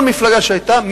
כל מפלגה שהיתה,